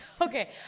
Okay